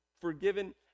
forgiven